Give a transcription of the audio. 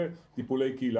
זה טיפולי קהילה.